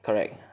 correct